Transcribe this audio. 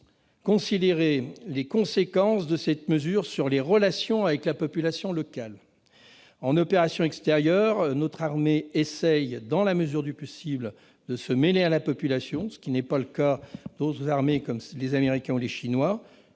considérer les conséquences de l'application de cette mesure sur les relations avec la population locale. En opérations extérieures, notre armée essaie, dans la mesure du possible, de se mêler à la population, ce qui n'est pas le cas d'autres armées comme l'armée américaine ou l'armée chinoise.